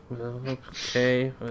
okay